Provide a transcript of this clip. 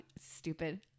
stupid